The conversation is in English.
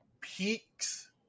peaks